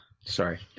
sorry